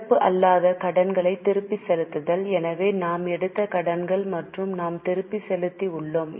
நடப்பு அல்லாத கடன்களை திருப்பிச் செலுத்துதல் எனவே நாம் எடுத்த கடன்கள் மற்றும் நாம் திருப்பிச் செலுத்தி உள்ளோம்